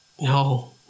No